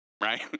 Right